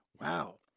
Wow